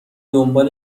دنبال